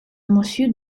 monsieur